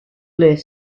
less